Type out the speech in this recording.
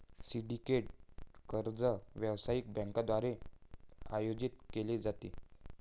syndicated कर्ज व्यावसायिक बँकांद्वारे आयोजित केले जाते